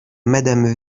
madame